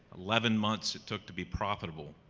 eleven months it took to be profitable.